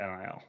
NIL